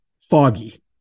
foggy